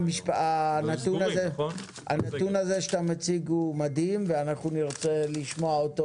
הנתון הזה שאתה מציג הוא מדהים ואנחנו נרצה לשמוע עליו.